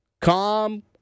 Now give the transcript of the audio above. calm